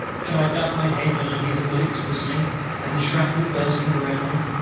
shall i duck my head when i hear the bullets whistling and the shrapnel bursting around me?